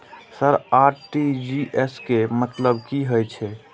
Sir RTGS के मतलब की हे छे?